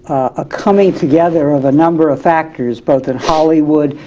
a coming together or the number of factors both in hollywood,